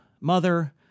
mother